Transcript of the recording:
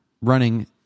running